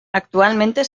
actualmente